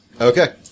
Okay